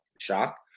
Shock